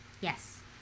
Yes